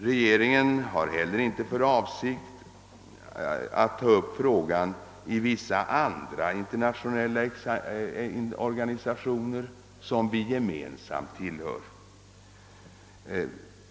Regeringen har heller inte för avsikt att ta upp frågan i vissa andra internationella organisationer som Sverige och Portugal gemensamt tillhör.